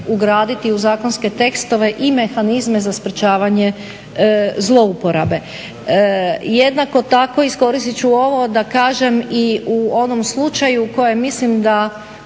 ugraditi u zakonske tekstove i mehanizme za sprečavanje zlouporabe. Jednako tako iskoristit ću ovo da kažem i u onom slučaju u kojem mislim da